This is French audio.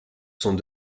sont